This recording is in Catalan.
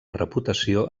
reputació